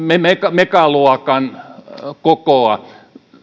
megaluokan kokoa